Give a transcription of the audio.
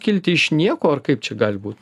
kilti iš nieko ar kaip čia gali būt